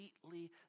completely